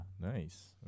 Nice